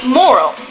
moral